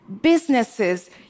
businesses